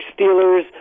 Steelers